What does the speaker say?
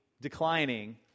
declining